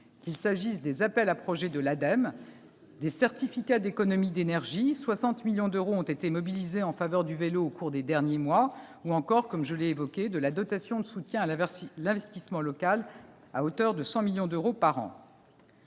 qu'il s'agisse des appels à projets de l'Ademe, des certificats d'économies d'énergie- 60 millions d'euros ont été mobilisés en faveur du vélo au cours des derniers mois -ou encore, comme je l'ai déjà évoqué, de la dotation de soutien à l'investissement local, à hauteur de 100 millions d'euros par an.